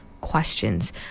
questions